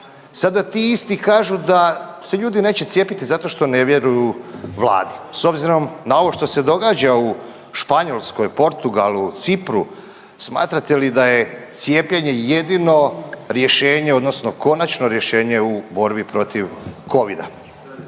sada ti isti kažu da se ljudi neće cijepiti zato što ne vjeruju vladi. S obzirom na ovo što se događa u Španjolskoj, Portugalu, Cipru, smatrate li da je cijepljenje jedino rješenje odnosno konačno rješenje u borbi protiv covida?